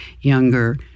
younger